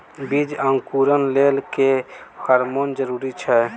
बीज अंकुरण लेल केँ हार्मोन जरूरी छै?